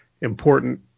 important